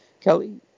Kelly